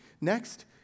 Next